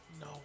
No